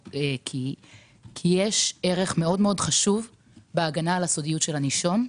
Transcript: יש ערך מאוד חשוב בהגנה על הסודיות של הנישום,